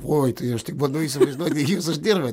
oi tai aš tik bandau įsivaizduoti kiek jūs uždirbat